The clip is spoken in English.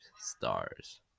stars